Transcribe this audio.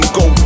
go